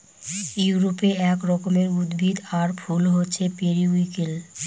ইউরোপে এক রকমের উদ্ভিদ আর ফুল হছে পেরিউইঙ্কেল